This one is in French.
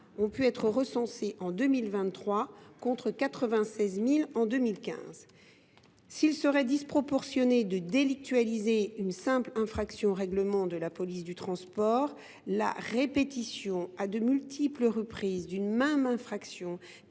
ont pu être recensés en 2023, contre 96 083 en 2015. S’il serait disproportionné de délictualiser une simple infraction aux règlements de la police du transport, la répétition à de multiples reprises d’une même infraction,